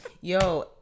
Yo